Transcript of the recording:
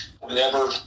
whenever